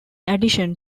addition